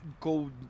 go